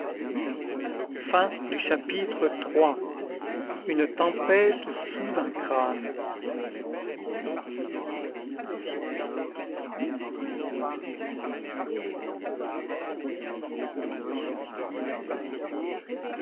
chapitre iii une tempête sous un crâne